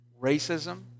racism